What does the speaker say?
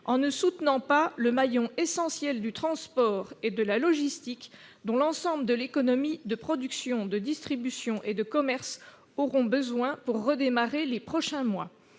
en ne soutenant pas le maillon essentiel du transport et de la logistique, dont l'ensemble de l'économie de production, de distribution et de commerce aura besoin pour redémarrer au cours des prochains mois.